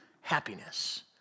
happiness